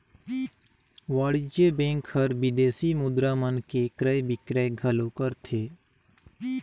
वाणिज्य बेंक हर विदेसी मुद्रा मन के क्रय बिक्रय घलो करथे